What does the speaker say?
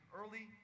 early